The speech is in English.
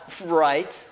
Right